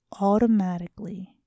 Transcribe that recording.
automatically